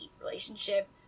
relationship